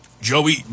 Joey